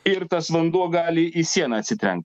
ir tas vanduo gali į sieną atsitrenkt